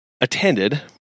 attended